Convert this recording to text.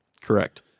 Correct